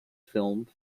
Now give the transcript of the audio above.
film